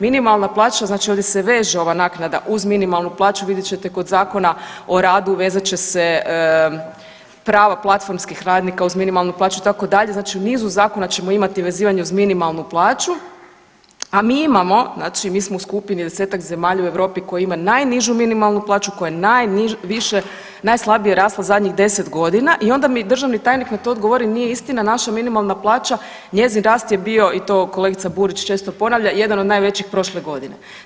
Minimalna plaća, znači ovdje se veže ova naknada uz minimalnu plaću, vidjet ćete kod Zakona o radu, vezat će se prava platformskih radnika uz minimalnu plaću, itd., znači u nizu zakona ćemo imati vezivanje uz minimalnu plaću, a mi imamo, znači mi smo u skupini 10-ak zemalja u Europi koji ima najnižu minimalnu plaću, koja je najviše, najslabije rasla u zadnjih 10 godina i onda mi državni tajnik na to odgovori, nije istina, naša minimalna plaća, njezin rast je bio, i to kolegica Burić često ponavlja, jedan od najvećih prošle godine.